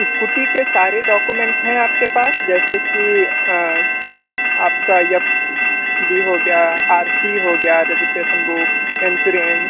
scooty के सारे documents हैं आपके पास जैसे कि आपका यह भी हो गया आर सी हो गया रजिस्टेसन बुक एंसूरेंस